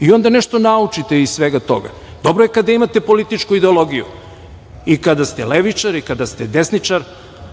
i onda nešto naučite iz svega toga. Dobro je kada imate političku ideologiju, i kada ste levičar i kada ste desničar,